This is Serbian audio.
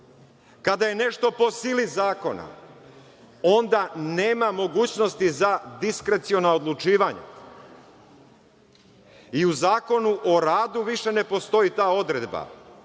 Kada je nešto po sili zakona, onda nema mogućnost za diskreciona odlučivanja i u Zakonu o radu više ne postoji ta odredba,